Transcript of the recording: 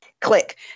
click